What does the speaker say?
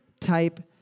type